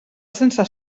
sense